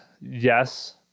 yes